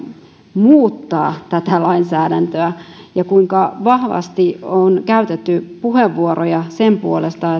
muuttaa tätä lainsäädäntöä ja kuinka vahvasti on käytetty puheenvuoroja sen puolesta